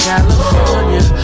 California